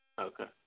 Okay